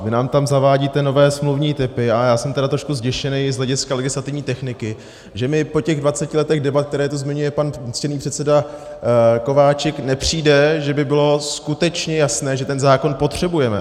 Vy nám tam zavádíte nové smluvní typy a já jsem trošku zděšen z hlediska legislativní techniky, že mi po těch 20 letech debat, které tu zmiňuje pan ctěný předseda Kováčik, nepřijde, že by bylo skutečně jasné, že ten zákon potřebujeme.